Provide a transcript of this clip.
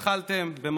התחלתם,